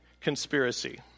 Conspiracy